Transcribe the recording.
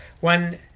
one